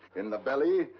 in the belly,